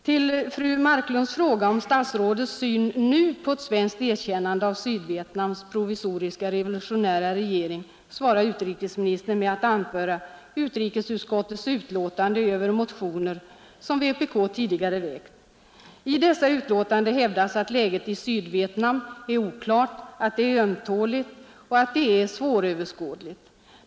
På fru Marklunds fråga om statsrådets syn nu på ett svenskt erkännande av Sydvietnams provisoriska revolutionära regering svarar utrikesministern med att citera utrikesutskottets utlåtande över motioner som vpk tidigare väckt. I dessa utlåtanden hävdas att läget i Sydvietnam är ”oklart”, att det är ”ömtåligt” och att det är ”svåröverskådligt”.